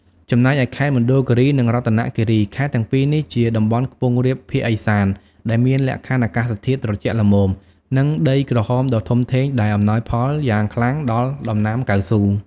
ចំណែកឯខេត្តមណ្ឌលគិរី និងរតនគិរី ខេត្តទាំងពីរនេះជាតំបន់ខ្ពង់រាបភាគឦសាន ដែលមានលក្ខខណ្ឌអាកាសធាតុត្រជាក់ល្មម និងដីក្រហមដ៏ធំធេង ដែលអំណោយផលយ៉ាងខ្លាំងដល់ដំណាំកៅស៊ូ។